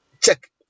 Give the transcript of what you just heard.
check